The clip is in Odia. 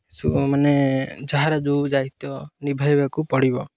ମାନେ ଯାହାର ଯେଉଁ ଦାୟିତ୍ୱ ନିଭାଇବାକୁ ପଡ଼ିବ